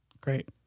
Great